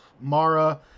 Mara